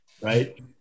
Right